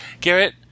Garrett